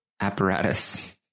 apparatus